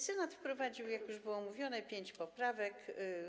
Senat wprowadził - jak już było mówione - pięć poprawek.